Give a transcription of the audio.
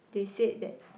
they said that